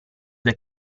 due